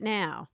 now